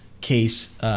case—